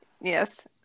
Yes